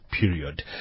period